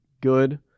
good